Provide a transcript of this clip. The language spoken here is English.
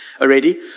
already